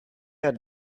had